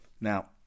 Now